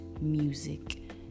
music